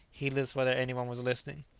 heedless whether any one was listening.